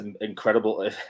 incredible